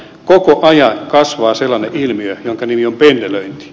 koko ajan kasvaa sellainen ilmiö jonka nimi on pendelöinti